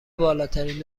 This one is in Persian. بالاترین